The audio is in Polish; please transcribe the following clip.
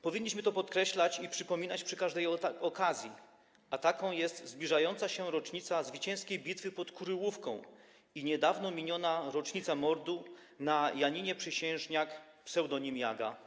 Powinniśmy to podkreślać i przypominać przy każdej okazji, a taką okazją jest zbliżająca się rocznica zwycięskiej bitwy pod Kuryłówką i niedawno miniona rocznica mordu na Janinie Przysiężniak, ps. Jaga.